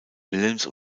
wilhelms